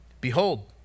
Behold